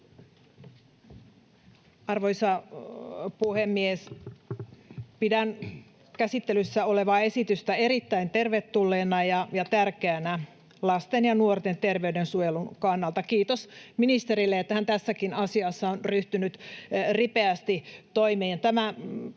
Arvoisa puhemies! Pidän käsittelyssä olevaa esitystä erittäin tervetulleena ja tärkeänä lasten ja nuorten terveyden suojelun kannalta. Kiitos ministerille, että hän tässäkin asiassa on ryhtynyt ripeästi toimeen.